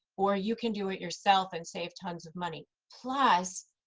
or you can do it yourself and save tons of money. plus,